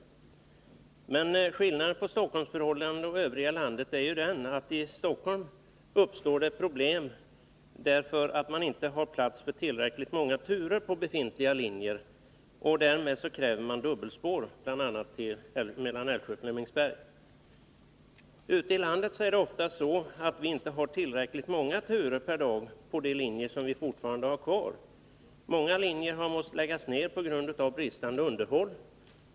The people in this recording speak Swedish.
Skillnaden mellan förhållandena i Stockholmsområdet och i övriga landet är att det i Stockholm uppstår problem, därför att man inte har plats för tillräckligt många turer på befintliga linjer — och därmed kräver man dubbelspår bl.a. mellan Älvsjö och Flemingsberg — medan det ute i landet ofta är så att man inte har tillräckligt många turer per dag på de linjer som fortfarande finns kvar. Många linjer har måst läggas ned på grund av bristande underhåll.